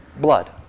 blood